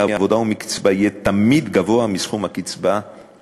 ומקצבה יהיה תמיד גבוה מסכום הקצבה בלבד.